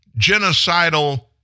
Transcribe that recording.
genocidal